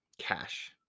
cash